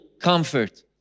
comfort